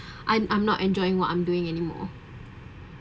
I'm I'm not enjoying what I'm doing anymore